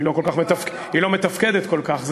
היא לא מתפקדת כל כך.